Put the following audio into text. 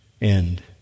end